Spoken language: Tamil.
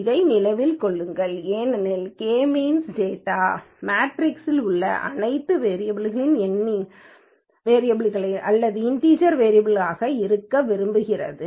இதை நினைவில் கொள்ளுங்கள் ஏனெனில் கே மீன்ஸ் டேட்டா மேட்ரிக்ஸில் உள்ள அனைத்து வேரியபல் களையும் எண் வேரியபல் கள் அல்லது இண்டீஜர் வேரியபல் கள் ஆக இருக்க விரும்புகிறது